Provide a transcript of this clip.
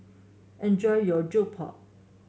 enjoy your Jokbal